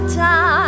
time